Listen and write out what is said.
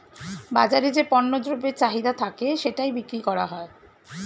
বাজারে যে পণ্য দ্রব্যের চাহিদা থাকে সেটাই বিক্রি করা হয়